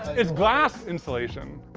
it's glass insulation.